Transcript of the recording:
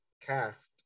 cast